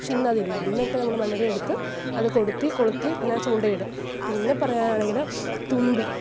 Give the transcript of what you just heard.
പക്ഷെ ഇന്ന് അതില്ല അന്നൊക്കെ നമ്മൾ മണ്ണിര എടുത്ത് അത് കൊളുത്തി ഇങ്ങനെ ചൂണ്ടയിടും പിന്നെ പറയാനാണെങ്കിൽ തുമ്പി